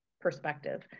perspective